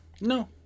no